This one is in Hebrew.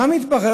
מה מתברר?